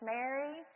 Mary